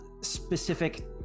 specific